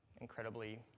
incredibly